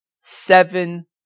seven